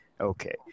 Okay